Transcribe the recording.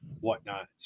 whatnot